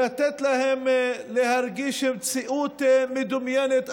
לתת להם להרגיש מציאות מדומיינת,